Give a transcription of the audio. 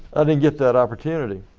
i didn't get that opportunity.